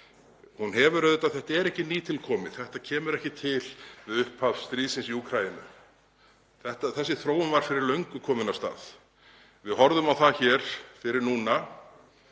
— þetta er ekki nýtilkomið, þetta kemur ekki til við upphaf stríðsins í Úkraínu. Þessi þróun var fyrir löngu komin af stað. Við horfðum á það, sennilega